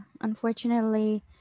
Unfortunately